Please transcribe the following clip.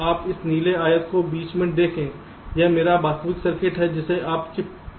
आप इस नीले आयत को बीच में देखें यह मेरा वास्तविक सर्किट है जिसे आप चिप में होना चाहिए